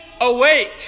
awake